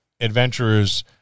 adventurers